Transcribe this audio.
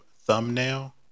thumbnail